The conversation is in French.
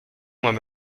moins